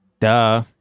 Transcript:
Duh